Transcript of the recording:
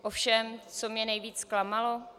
Ovšem co mě nejvíc zklamalo?